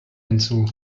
hinzu